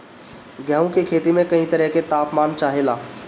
गेहू की खेती में कयी तरह के ताप मान चाहे ला